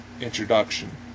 introduction